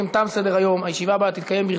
31 תומכים, אין מתנגדים ואין נמנעים.